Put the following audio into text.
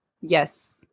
Yes